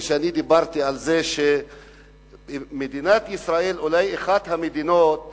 ואני דיברתי על זה שמדינת ישראל היא אולי אחת המדינות היחידות,